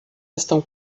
estão